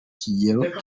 kigero